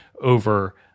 over